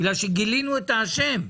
כי גילינו את האשם.